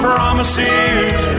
Promises